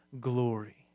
glory